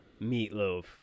meatloaf